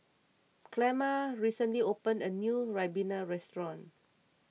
Clemma recently opened a new Ribena restaurant